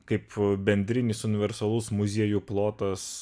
kaip bendrinis universalus muziejų plotas